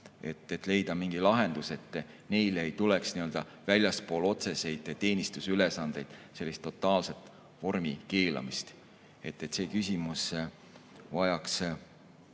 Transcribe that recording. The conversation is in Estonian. et leida mingi lahendus ja ei tuleks nii-öelda väljaspool otseseid teenistusülesandeid sellist totaalset vormi keelamist? See küsimus vajaks